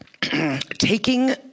taking